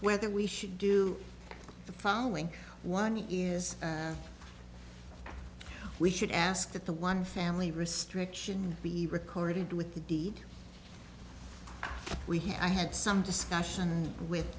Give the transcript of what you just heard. whether we should do the following one is we should ask that the one family restriction be recorded with the deed we had i had some discussion